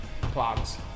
Plugs